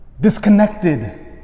disconnected